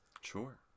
Sure